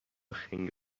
خنگ